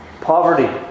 poverty